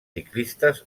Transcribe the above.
ciclistes